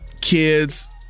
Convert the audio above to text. kids